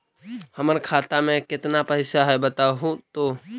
हमर खाता में केतना पैसा है बतहू तो?